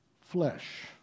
flesh